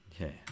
Okay